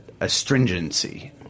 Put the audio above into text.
astringency